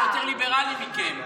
אנחנו יותר ליברלים מכם.